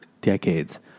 decades